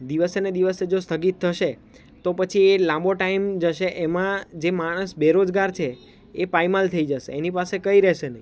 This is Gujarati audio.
દિવસે ને દિવસે હો સ્થગિત થશે તો પછી એ લાંબો ટાઈમ જશે એમાં જે માણસ બેરોજગાર છે એ પાયમાલ થઈ જશે એની પાસે કઈ રહેશે નહીં